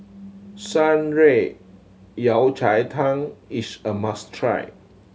Shan Rui Yao Cai Tang is a must try